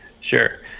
Sure